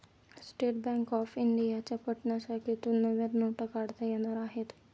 state bank of इंडियाच्या पटना शाखेतून नव्या नोटा काढता येणार आहेत